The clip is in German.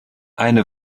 eine